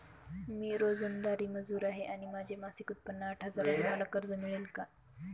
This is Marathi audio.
मी रोजंदारी मजूर आहे आणि माझे मासिक उत्त्पन्न आठ हजार आहे, मला कर्ज मिळेल का?